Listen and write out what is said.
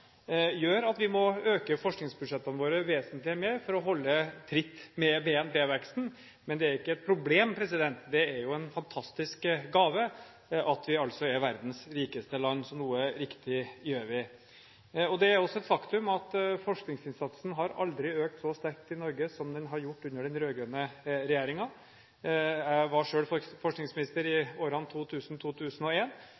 gjør at vi må øke forskningsbudsjettene våre vesentlig mer for å holde tritt med BNP-veksten. Men det er ikke et problem; det er en fantastisk gave at vi er verdens rikeste land, så noe riktig gjør vi. Det er også et faktum at forskningsinnsatsen aldri har økt så sterkt i Norge som den har gjort under den rød-grønne regjeringen. Jeg var selv forskningsminister